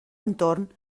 entorn